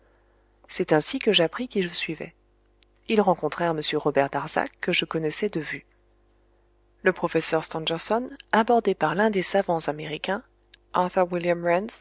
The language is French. c'est ainsi que j'appris qui je suivais ils rencontrèrent m robert darzac que je connaissais de vue le professeur stangerson abordé par l'un des savants américains